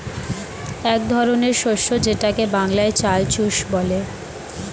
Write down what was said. এক ধরনের শস্য যেটাকে বাংলায় চাল চুষ বলে